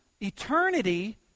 eternity